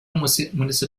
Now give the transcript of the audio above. municipality